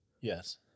Yes